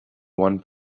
one